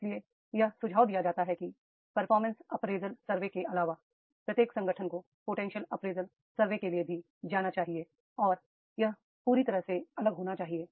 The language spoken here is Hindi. इसलिए यह सुझाव दिया जाता है कि परफॉर्मेंस अप्रेजल सर्वे के अलावा प्रत्येक संगठन को पोटेंशियल अप्रेजल सर्वे के लिए जाना चाहिए और यह पूरी तरह से अलग होना चाहिए